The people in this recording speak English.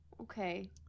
Okay